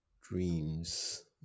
dreams